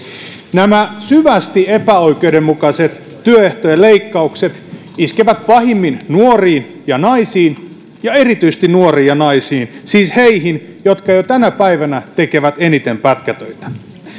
nämä syvästi epäoikeudenmukaiset työehtojen leikkaukset iskevät pahimmin nuoriin ja naisiin ja erityisesti nuoriin ja naisiin siis heihin jotka jo tänä päivänä tekevät eniten pätkätöitä